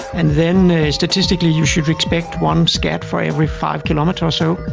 and then statistically you should expect one scat for every five kilometres or so.